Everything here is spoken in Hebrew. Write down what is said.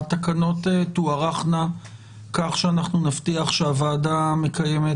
התקנות תוארכנה כך שאנחנו נבטיח שהוועדה מקיימת